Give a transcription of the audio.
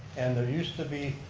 and there used to be,